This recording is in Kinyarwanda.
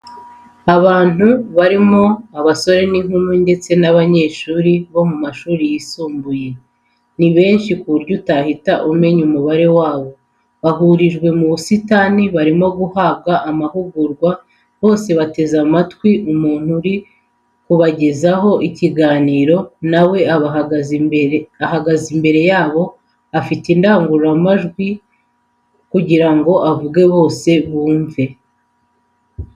Abantu barimo abasore n'inkumi ndetse n'abanyeshuri bo mu mashuri yisumbuye, ni benshi ku buryo utahita umenya umubare wabo, bahurijwe mu busitani barimo guhabwa amahugurwa, bose bateze amatwi umuntu uri kubagezaho ikiganiro, na we ahagaze imbere yabo afite indangururamajwi kugira ngo avuge bose bumve.